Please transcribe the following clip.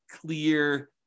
clear